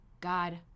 God